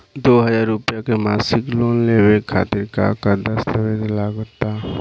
दो हज़ार रुपया के मासिक लोन लेवे खातिर का का दस्तावेजऽ लग त?